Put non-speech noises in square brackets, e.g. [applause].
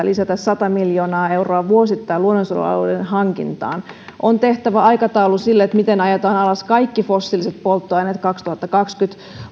[unintelligible] lisätä sata miljoonaa euroa vuosittain luonnonsuojelualueiden hankintaan on tehtävä aikataulu sille miten ajetaan alas kaikki fossiiliset polttoaineet kaksituhattakaksikymmentä